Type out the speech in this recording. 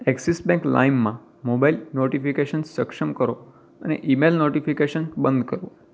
axis bank લાઇમમાં mobile notification સક્ષમ કરો અને ઈમેઈલ નોટિફિકૅશન બંધ કરો